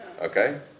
Okay